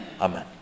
Amen